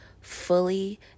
fully